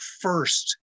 first